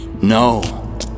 No